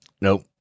nope